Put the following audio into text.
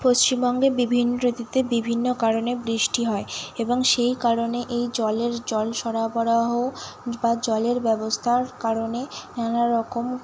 পশ্চিমবঙ্গে বিভিন ঋতুতে বিভিন্ন কারণে বৃষ্টি হয় এবং সেই কারণে এই জলের জল সরবরাহ বা জলের ব্যবস্থার কারণে নানা রকম